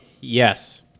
Yes